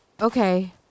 Okay